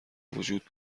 وجود